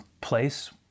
place